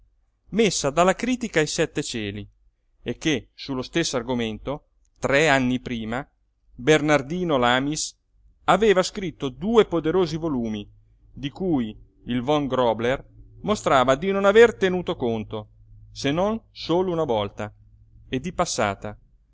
messa dalla critica ai sette cieli e che su lo stesso argomento tre anni prima bernardino lamis aveva scritto due poderosi volumi di cui il von grobler mostrava di non aver tenuto conto se non solo una volta e di passata